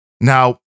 Now